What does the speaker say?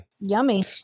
Yummy